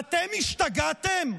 אתם השתגעתם?